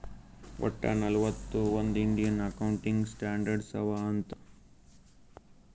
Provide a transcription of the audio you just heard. ವಟ್ಟ ನಲ್ವತ್ ಒಂದ್ ಇಂಡಿಯನ್ ಅಕೌಂಟಿಂಗ್ ಸ್ಟ್ಯಾಂಡರ್ಡ್ ಅವಾ ಅಂತ್